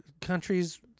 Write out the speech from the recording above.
countries